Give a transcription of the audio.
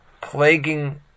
plaguing